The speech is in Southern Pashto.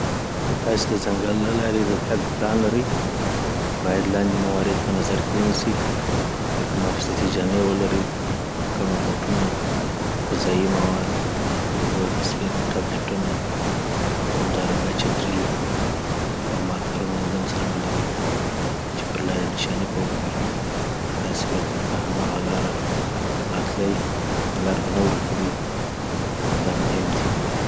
که تاسي د ځنګل له لاري د تګ پلان لري باید لاندي موارد په نظر کي ونیسي لکه محافظتي جامې ولري محکمه بوټونه، غذایی مواد، د اوبو د تصفیې ټابلټيونه، اهمدارنګه چتري، او مارکرونه، دځان سره ولري چي پر لارې نشاني په وکي که تاسی بیرته په هم هغه لاره راتلي لار به نه ورکوي نو دا مهم دی